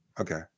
Okay